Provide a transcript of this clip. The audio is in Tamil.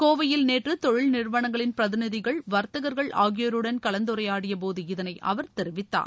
கோவையில் நேற்று தொழில் நிறுவனங்களின் பிரதிநிதிகள் வர்த்தகர்கள் ஆகியோருடன் கலந்துரையாடிய போது இதனை அவர் தெரிவித்தார்